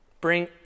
Bring